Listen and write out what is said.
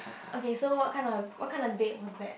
okay so what kind of what kind of date was that